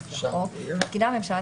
[ובאישור ועדת החוקה חוק ומשפט של הכנסת